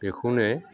बेखौनो